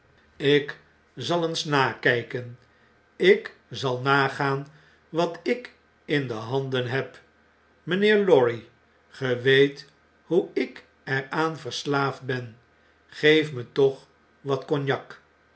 ik zal ze eens nakijken ik zal nagaan wat ik in handen heb miinheer lorry ge weet hoe ik er aan verslaa'fd ben geef me toch wat cognac